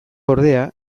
ordea